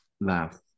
laugh